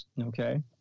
okay